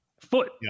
foot